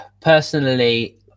personally